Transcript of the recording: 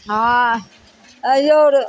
हँ आओर